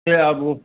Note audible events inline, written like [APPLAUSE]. [UNINTELLIGIBLE] आबू